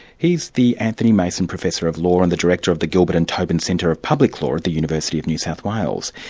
he's the anthony mason professor of law and the director of the gilbert and tobin centre of public law at the university of new south wales.